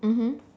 mmhmm